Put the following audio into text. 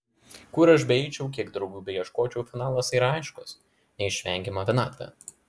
kur aš beeičiau kiek draugų beieškočiau finalas yra aiškus neišvengiama vienatvė